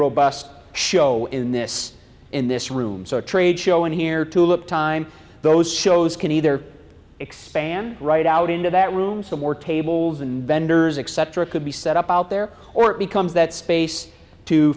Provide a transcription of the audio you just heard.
robust show in this in this room so a trade show and there tulip time those shows can either expand right out into that room so more tables and vendors accept or it could be set up out there or it becomes that space to